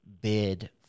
bid